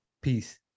peace